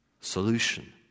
solution